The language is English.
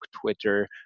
Twitter